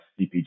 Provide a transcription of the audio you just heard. CPG